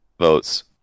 votes